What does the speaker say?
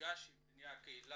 נפגש עם בני הקהילה,